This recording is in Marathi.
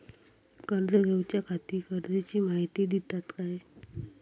कर्ज घेऊच्याखाती गरजेची माहिती दितात काय?